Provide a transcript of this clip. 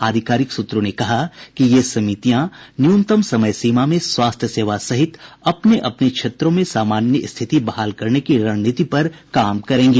आधिकारिक सूत्रों ने कहा ये समितियां न्यनतम समय सीमा में स्वास्थ्य सेवा सहित अपने अपने क्षेत्रों में सामान्य स्थिति बहाल करने की रणनीति पर भी काम करेंगी